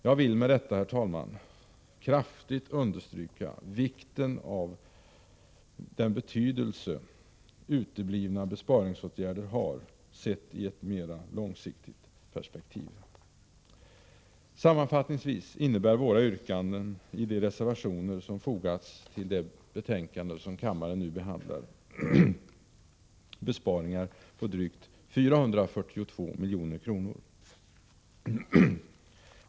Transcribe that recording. Jag vill med detta, herr talman, kraftigt understryka vilken betydelse uteblivna besparingsåtgärder har, sett i ett mera långsiktigt perspektiv. Sammanfattningsvis innebär våra yrkanden i de reservationer som fogats till det betänkande som kammaren nu behandlar besparingar på drygt 442 milj.kr.